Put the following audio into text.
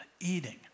eating